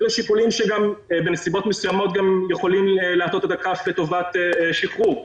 אלה שיקולים שבנסיבות מסוימות גם יכולים להטות את הכף לטובת שחרור.